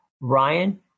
Ryan